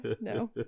No